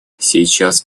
сейчас